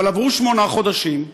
אבל עברו שמונה חודשים,